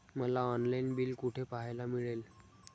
मला online bill कुठे पाहायला मिळेल?